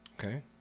okay